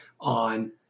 on